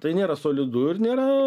tai nėra solidu ir nėra